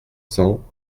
cents